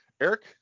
Eric